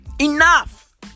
Enough